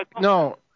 No